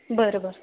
बरं बरं